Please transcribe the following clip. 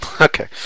Okay